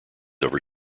over